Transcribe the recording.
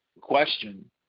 question